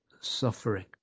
suffering